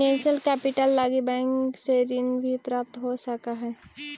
financial capital लगी bank से ऋण भी प्राप्त हो सकऽ हई